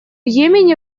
йемене